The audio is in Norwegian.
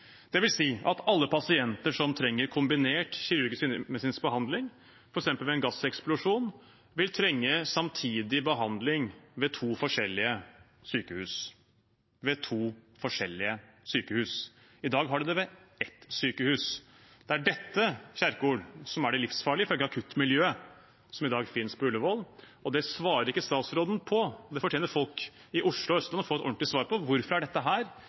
at alle pasienter som trenger kombinert kirurgisk og indremedisinsk behandling, f.eks. ved en gasseksplosjon, vil trenge samtidig behandling ved to forskjellige sykehus. I dag har vi det ved ett sykehus. Det er dette som er det livsfarlige, ifølge akuttmiljøet som i dag finnes ved Ullevål, og det svarer ikke statsråd Kjerkol på. Det fortjener folk i Oslo og Østfold å få et ordentlig svar på: Hvorfor er dette